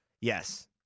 Yes